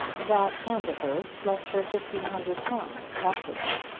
that aunt of hers left her fifteen hundred pounds, after all.